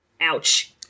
Ouch